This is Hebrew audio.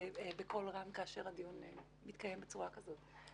בקול רם כאשר הדיון מתקיים בצורה כזאת,